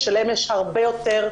באמת אחרי הרבה שנים,